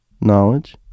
knowledge